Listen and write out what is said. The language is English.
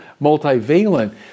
multivalent